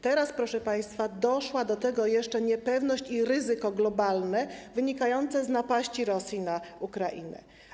Teraz, proszę państwa, doszły do tego jeszcze niepewność i ryzyko globalne wynikające z napaści Rosji na Ukrainę.